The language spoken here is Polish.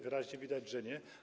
Wyraźnie widać, że nie.